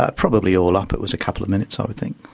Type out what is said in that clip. ah probably all up it was a couple of minutes i would think.